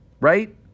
right